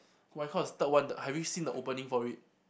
my record is third one have you seen the opening for it